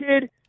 kid